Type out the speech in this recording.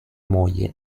moglie